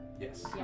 Yes